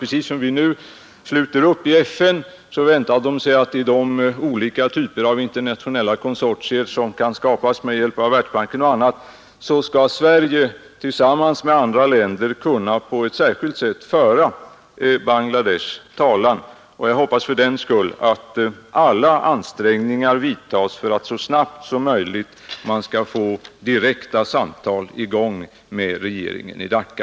Precis som vi nu sluter upp i FN väntar man sig att i de olika typer av internationella konsortier, som kan skapas med hjälp av Världsbanken och på annat sätt, skall Sverige tillsammans med andra länder kunna på ett särskilt sätt föra Bangladeshs talan. Jag hoppas fördenskull att alla ansträngningar vidtas för att vi så snabbt som möjligt skall få direkta samtal i gång med regeringen i Dacca.